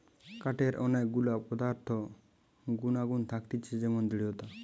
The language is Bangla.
কাঠের অনেক গুলা পদার্থ গুনাগুন থাকতিছে যেমন দৃঢ়তা